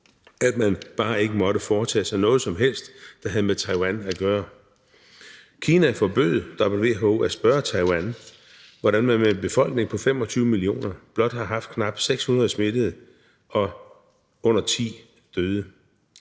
at man bare ikke måtte foretage sig noget som helst, der havde med Taiwan at gøre. Kina forbød WHO at spørge Taiwan, hvordan man med en befolkning på 25 millioner blot har haft knap 600 smittede og under 10 døde.